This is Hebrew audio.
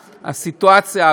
הסיטואציה,